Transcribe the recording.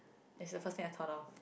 it is the first thing I thought of